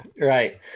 Right